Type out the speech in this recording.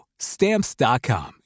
Stamps.com